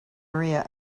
maria